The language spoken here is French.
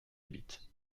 habite